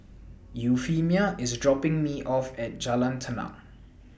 Euphemia IS dropping Me off At Jalan Tenang